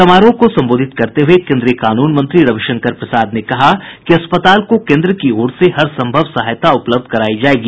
समारोह को संबोधित करते हुए केंद्रीय कानून मंत्री रविशंकर प्रसाद ने कहा कि अस्पताल को केन्द्र की ओर से हर संभव सहायत उपलब्ध करायी जायेगी